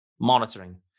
monitoring